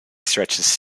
stretches